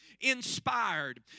inspired